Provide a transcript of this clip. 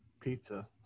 pizza